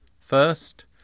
First